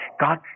God